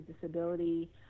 disability